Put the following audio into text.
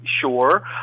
sure